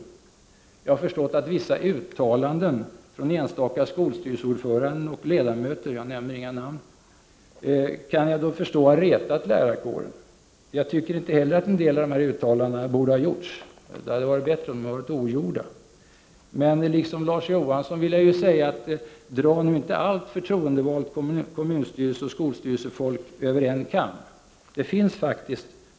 Då kan jag förstå att vissa uttalanden från enstaka skolstyrelseordförande och ledamöter — jag nämner inga namn -— har retat lärarkåren. Jag tycker inte heller att en del av de här uttalandena borde ha gjorts; det hade varit bättre om de hade varit ogjorda. Men liksom Larz Johansson vill jag säga: Dra nu inte allt förtroendevalt kommunstyrelseoch skolstyrelsefolk över en kam!